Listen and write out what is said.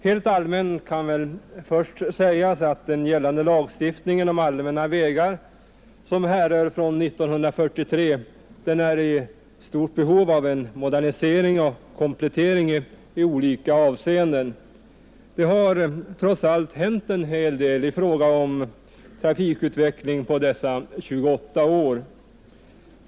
Helt allmänt kan väl först sägas att den gällande lagstiftningen om allmänna vägar som härrör från 1943 är i stort behov av en modernisering och komplettering i olika avseenden. Det har trots allt hänt en hel del i fråga om trafikutvecklingen på dessa 28 år.